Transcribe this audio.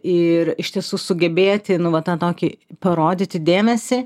ir iš tiesų sugebėti nu va tą tokį parodyti dėmesį